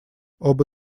оба